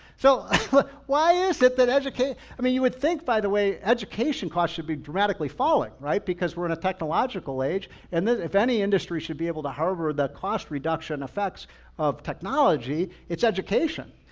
so why is it that education, i mean you would think by the way, education costs should be dramatically falling, right? because we're in a technological age and if any industry should be able to harbor the cost reduction effects of technology, it's education.